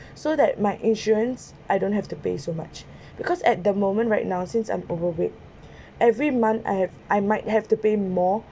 so that my insurance I don't have to pay so much because at the moment right now since I'm overweight every month I have I might have to pay more